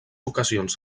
ocasions